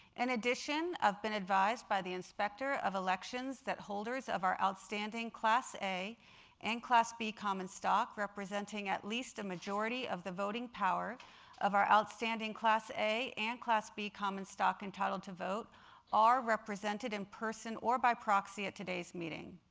and addition, i have been advised by the inspector of elections that holders of our outstanding class a and class b common stock representing at least a majority of the voting power of our outstanding class a and class b common stock entitled to vote are represented in person or by proxy at today's meeting.